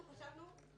אנחנו חשבנו,